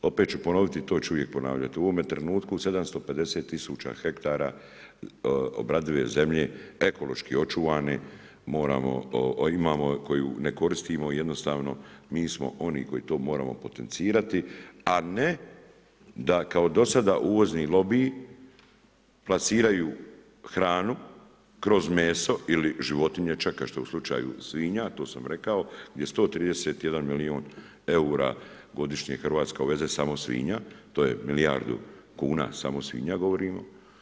Opet ću ponoviti i to ću uvijek ponavljati, u ovome trenutku 750.000 hektara obradive zemlje, ekološki očuvane imamo koju ne koristimo i jednostavno mi smo oni koji to moramo potencirati, a ne da kao do sada uvozni lobiji plasiraju hranu kroz meso ili životinje, čekaju što je u slučaju svinja to sam rekao, gdje 131 milijun eura godišnje Hrvatska uveze samo svinja, to je milijardu kuna samo svinja govorimo.